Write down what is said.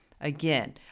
Again